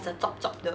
it's a chop chop 的